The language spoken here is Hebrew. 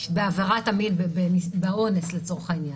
בעבירת המין, באונס לצורך העניין,